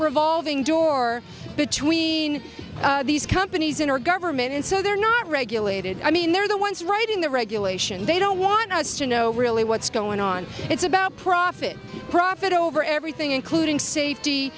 revolving door between these companies in our government and so they're not regulated i mean they're the ones writing the regulation they don't want us to know really what's going on it's about profit profit over everything including safety